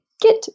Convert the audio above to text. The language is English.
get